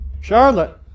charlotte